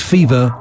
Fever